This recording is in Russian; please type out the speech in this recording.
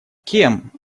кем